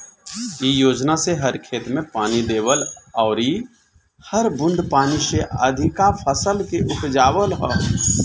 इ योजना से हर खेत में पानी देवल अउरी हर बूंद पानी से अधिका फसल के उपजावल ह